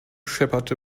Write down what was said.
schepperte